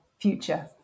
future